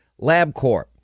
LabCorp